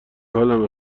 حالمه